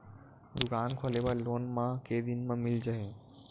दुकान खोले बर लोन मा के दिन मा मिल जाही?